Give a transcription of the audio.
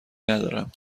ندارم